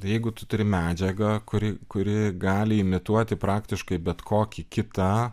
jeigu tu turi medžiagą kuri kuri gali imituoti praktiškai bet kokį kitą